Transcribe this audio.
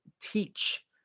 teach